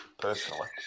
personally